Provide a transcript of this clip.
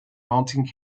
mounting